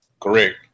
Correct